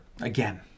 again